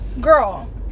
girl